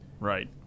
Right